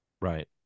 Right